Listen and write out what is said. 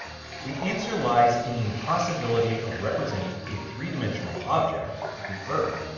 the answer lies in the impossibility of representing a three-dimensional object, the earth,